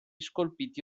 scolpiti